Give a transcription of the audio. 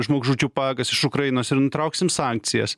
žmogžudžių pajėgas iš ukrainos ir nutrauksim sankcijas